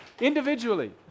Individually